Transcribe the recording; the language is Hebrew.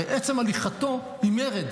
הרי עצם הליכתו היא מרד.